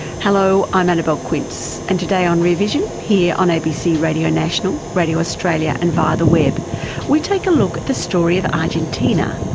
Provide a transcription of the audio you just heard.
hello, i'm annabelle quince and today on rear vision here on abc radio national, radio australia and via the web we take a look at the story of argentina.